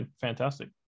fantastic